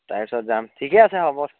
তাৰপিছত যাম ঠিকে আছে হ'ব